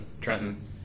Trenton